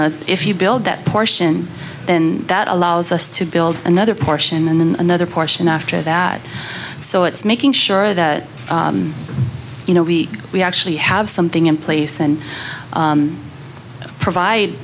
know if you build that portion then that allows us to build another portion and then another portion after that so it's making sure that you know we we actually have something in place and provide